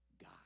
God